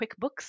quickbooks